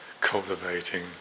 cultivating